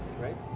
right